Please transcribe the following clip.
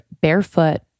barefoot